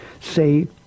say